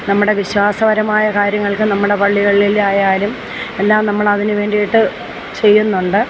നമ്മുടെ വിശ്വാസപരമായ കാര്യങ്ങൾക്ക് നമ്മുടേ പള്ളികളിലായാലും എല്ലാം നമ്മൾ അതിനു വേണ്ടിയിട്ട് ചെയ്യുന്നുണ്ട്